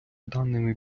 даними